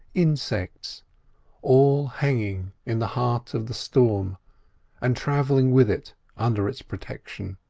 insects all hanging in the heart of the storm and travelling with it under its protection.